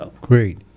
Great